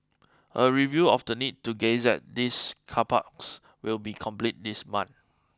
a review of the need to gazette these car parks will be completed this month